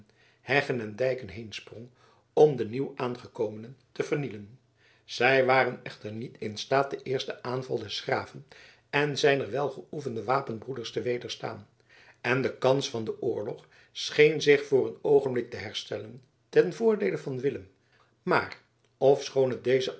heggen en dijken heen sprong om de nieuwaangekomenen te vernielen zij waren echter niet in staat den eersten aanval des graven en zijner welgeoefende wapenbroeders te wederstaan en de kans van den oorlog scheen zich voor een oogenblik te herstellen ten voordeele van willem maar ofschoon het dezen